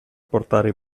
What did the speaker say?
portare